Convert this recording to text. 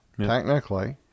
technically